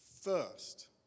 first